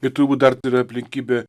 ir turbūt dar yra aplinkybė